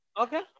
Okay